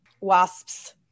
wasps